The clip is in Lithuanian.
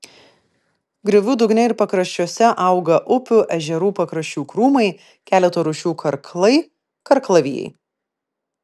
griovų dugne ir pakraščiuose auga upių ežerų pakrančių krūmai keleto rūšių karklai karklavijai